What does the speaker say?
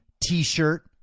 t-shirt